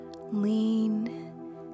Lean